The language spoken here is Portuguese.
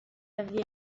havia